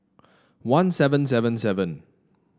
one seven seven seven